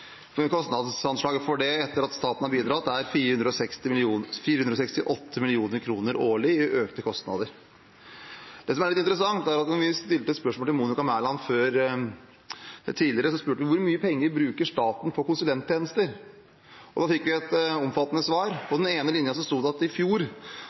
Kostnadsanslaget for det etter at staten har bidratt, er 468 mill. kr årlig i økte kostnader. Det som er litt interessant, er at vi har stilt et spørsmål til Monica Mæland tidligere: Hvor mye penger bruker staten på konsulenttjenester? Da fikk vi et omfattende svar,